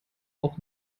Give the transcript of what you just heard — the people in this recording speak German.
auch